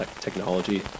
technology